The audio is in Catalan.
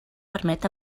permet